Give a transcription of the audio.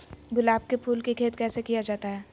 गुलाब के फूल की खेत कैसे किया जाता है?